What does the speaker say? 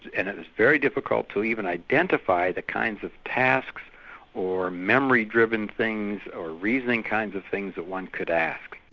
and and it's very difficult to even identify the kinds of tasks or memory-driven things or reasoning kinds of things that one could ask.